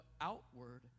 outward